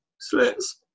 slits